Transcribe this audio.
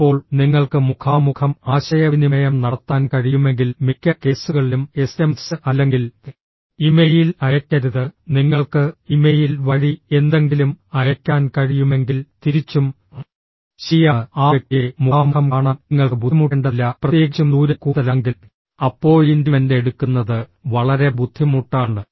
ഇപ്പോൾ നിങ്ങൾക്ക് മുഖാമുഖം ആശയവിനിമയം നടത്താൻ കഴിയുമെങ്കിൽ മിക്ക കേസുകളിലും എസ്എംഎസ് അല്ലെങ്കിൽ ഇമെയിൽ അയയ്ക്കരുത് നിങ്ങൾക്ക് ഇമെയിൽ വഴി എന്തെങ്കിലും അയയ്ക്കാൻ കഴിയുമെങ്കിൽ തിരിച്ചും ശരിയാണ് ആ വ്യക്തിയെ മുഖാമുഖം കാണാൻ നിങ്ങൾക്ക് ബുദ്ധിമുട്ടേണ്ടതില്ല പ്രത്യേകിച്ചും ദൂരം കൂടുതലാണെങ്കിൽ അപ്പോയിന്റ്മെന്റ് എടുക്കുന്നത് വളരെ ബുദ്ധിമുട്ടാണ്